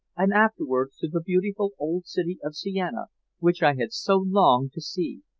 and afterwards to the beautiful old city of siena, which i had so longed to see.